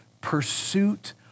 pursuit